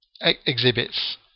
exhibits